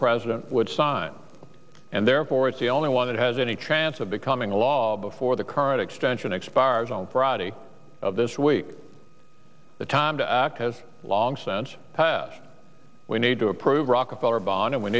president would sign and therefore it's the only one that has any chance of becoming law before the current extension expires on friday of this week the time to act has long sent passed we need to approve rockefeller bon